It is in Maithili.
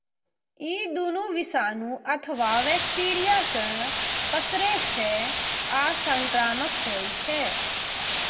ई दुनू विषाणु अथवा बैक्टेरिया सं पसरै छै आ संक्रामक होइ छै